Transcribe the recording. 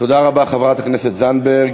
תודה רבה, חברת הכנסת זנדברג.